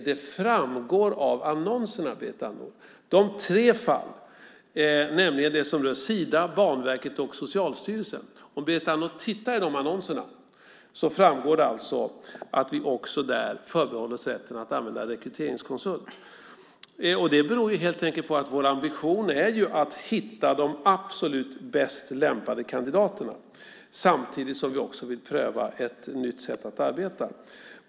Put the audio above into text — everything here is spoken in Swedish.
Det framgår av annonserna, Berit Andnor. Det är tre fall det är fråga om, nämligen de som rör Sida, Banverket och Socialstyrelsen. Om Berit Andnor tittar i de annonserna så framgår det att vi också där förbehåller oss rätten att använda rekryteringskonsult. Det beror helt enkelt på att vår ambition är att hitta de absolut bäst lämpade kandidaterna samtidigt som vi också vill pröva ett nytt sätt att arbeta.